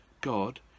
God